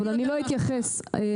אבל אני לא אתייחס לנושא,